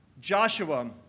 Joshua